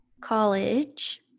college